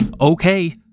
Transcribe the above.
okay